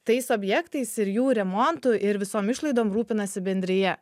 tais objektais ir jų remontu ir visom išlaidom rūpinasi bendrija